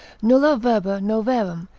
nulla verba noveram,